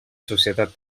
societat